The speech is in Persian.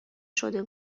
شده